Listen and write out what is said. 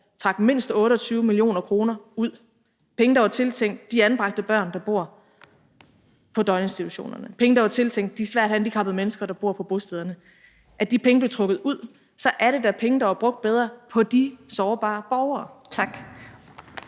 trak mindst 28 mio. kr. ud – penge, der var tiltænkt de anbragte børn, der bor på døgninstitutionerne, penge, der var tiltænkt de svært handicappede mennesker, der bor på bostederne, og der vil jeg sige, at det da er penge, der var brugt bedre på de sårbare borgere. Kl.